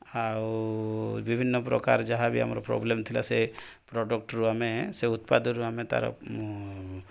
ଆଉ ବିଭିନ୍ନପ୍ରକାର ଯାହାବି ଆମର ପ୍ରୋବ୍ଲେମ୍ ଥିଲା ସେ ପ୍ରଡ଼କ୍ଟ୍ରୁ ଆମେ ସେ ଉତ୍ପାଦରୁ ଆମେ ତା'ର୍